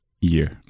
year